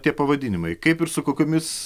tie pavadinimai kaip ir su kokiomis